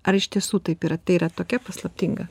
ar iš tiesų taip yra tai yra tokia paslaptinga